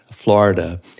Florida